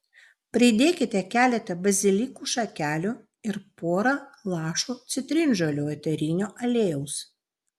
pridėkite keletą bazilikų šakelių ir pora lašų citrinžolių eterinio aliejaus